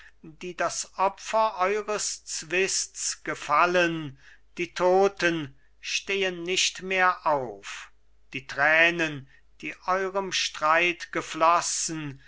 die das opfer eures zwists gefallen die toten stehen nicht mehr auf die tränen die eurem streit geflossen